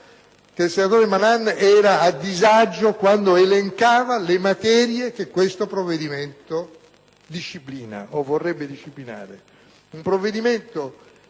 il senatore Malan era a disagio mentre elencava le materie che questo provvedimento disciplina o vorrebbe disciplinare.